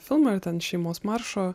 filmą ir ten šeimos maršo